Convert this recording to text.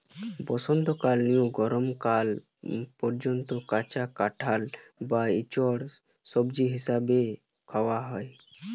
বসন্তকাল নু গরম কাল পর্যন্ত কাঁচা কাঁঠাল বা ইচোড় সবজি হিসাবে খুয়া হয়